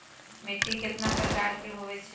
मिट्टी कतना प्रकार के होवैछे?